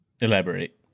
Elaborate